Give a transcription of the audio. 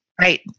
right